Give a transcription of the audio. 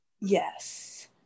Yes